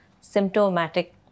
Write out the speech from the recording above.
symptomatic